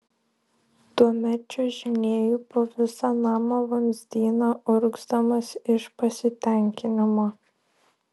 tuomet čiuožinėju po visą namo vamzdyną urgzdamas iš pasitenkinimo